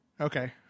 Okay